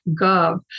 gov